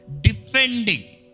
Defending